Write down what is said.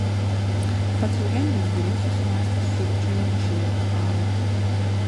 pats eugenijus giliai susimąstęs siurbčioja pašildytą alų